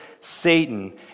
Satan